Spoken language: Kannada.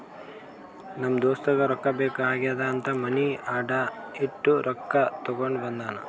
ನಮ್ ದೋಸ್ತಗ ರೊಕ್ಕಾ ಬೇಕ್ ಆಗ್ಯಾದ್ ಅಂತ್ ಮನಿ ಅಡಾ ಇಟ್ಟು ರೊಕ್ಕಾ ತಗೊಂಡ ಬಂದಾನ್